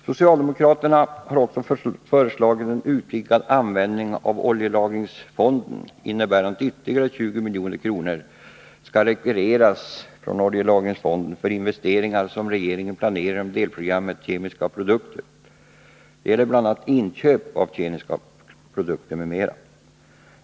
Socialdemokraterna har också föreslagit en utvidgad användning av oljelagringsfonden, innebärande att ytterligare 20 milj.kr. skall rekvireras från fonden för investeringar som regeringen planerar inom delprogrammet Kemiska produkter m.m. Det gäller bl.a. inköp av kemiska produkter.